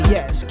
Yes